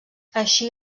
així